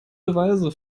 beweise